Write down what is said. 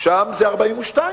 שם זה 42%?